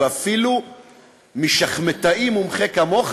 ואפילו משחמטאי מומחה כמוך